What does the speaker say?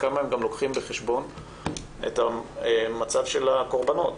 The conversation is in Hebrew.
כמה הם גם לוקחים בחשבון את מצב הקורבנות